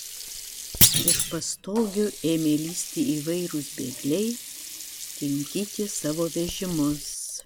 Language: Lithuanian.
iš pastogių ėmė lįsti įvairūs bėgliai kinkyti savo vežimus